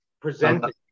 presented